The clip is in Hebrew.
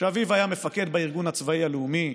שאביו היה מפקד בארגון הצבאי הלאומי,